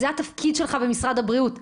זה התפקיד שלך במשרד הבריאות.